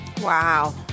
Wow